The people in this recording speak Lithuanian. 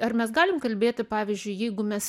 ar mes galim kalbėti pavyzdžiui jeigu mes